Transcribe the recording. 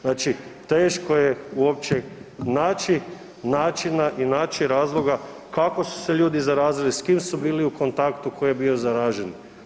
Znači teško je uopće naći načina i naći razloga kako su se ljudi zarazili s kim su bili u kontaktu, tko je bio zaražen.